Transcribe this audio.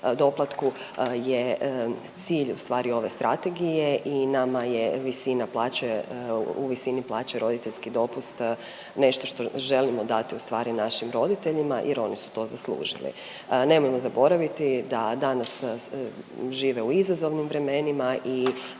doplatku je cilj ustvari ove strategije i nama je visina plaće u visini plaće roditeljski dopust nešto što želimo dati ustvari našim roditeljima jer oni su to zaslužili. Nemojmo zaboraviti da danas žive u izazovnim vremenima i